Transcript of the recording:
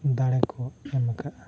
ᱫᱟᱲᱮ ᱠᱚ ᱮᱢ ᱟᱠᱟᱫᱼᱟ